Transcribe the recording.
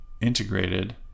integrated